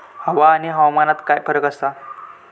हवा आणि हवामानात काय फरक असा?